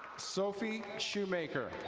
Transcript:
sophie shoemaker.